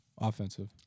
Offensive